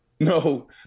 no